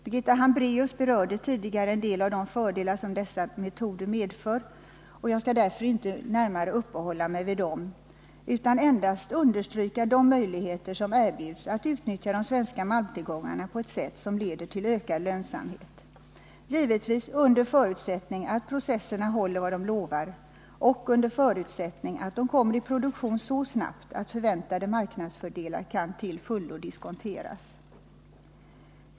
Birgitta Hambraeus berörde tidigare en del av de fördelar dessa metoder medför, och jag skall därför inte närmare uppehålla mig vid dem utan endast understryka de möjligheter som erbjuds att utnyttja de svenska malmtillgångarna på ett sätt som leder till ökad lönsamhet. Givetvis sker detta under förutsättning att processerna håller vad de lovar och under förutsättning att de kommer i produktion så snabbt att förväntade marknadsfördelar kan till fullo diskonteras.